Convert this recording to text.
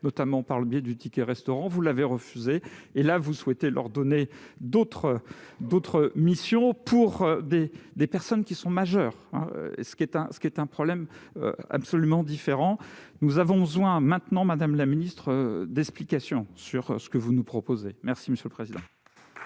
notamment par le biais du ticket restaurant, vous l'avez refusé et là vous souhaitez leur donner d'autres d'autres missions pour des des personnes qui sont majeures, ce qui est un ce qui est un problème absolument différent, nous avons besoin maintenant Madame la ministre d'explication sur ce que vous nous proposez, merci monsieur le président.